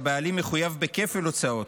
והבעלים יחויב בכפל ההוצאות,